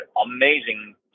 amazing